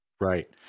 Right